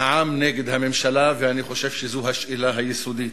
העם נגד הממשלה, אני חושב שזו השאלה היסודית.